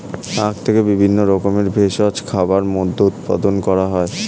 আখ থেকে বিভিন্ন রকমের ভেষজ খাবার, মদ্য উৎপাদন করা হয়